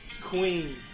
Queen